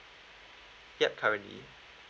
yup currently